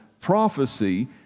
prophecy